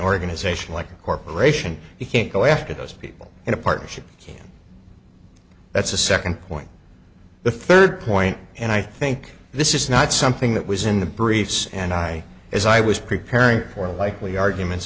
organisation like a corporation you can't go after those people in a partnership can that's a second point the third point and i think this is not something that was in the briefs and i as i was preparing for a likely arguments